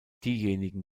diejenigen